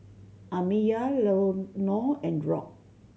Amiyah Leonor and Rob